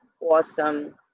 awesome